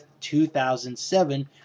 2007